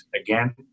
again